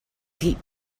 pete